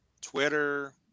Twitter